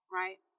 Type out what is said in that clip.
right